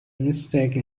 mistake